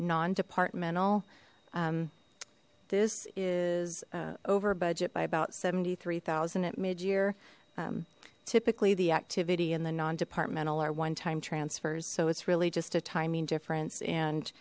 non departmental this is over budget by about seventy three thousand at mid year typically the activity and the non departmental are one time transfers so it's really just a timing difference and